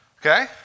Okay